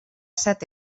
set